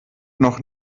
noch